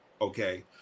Okay